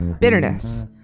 Bitterness